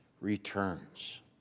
returns